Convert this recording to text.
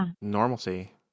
normalcy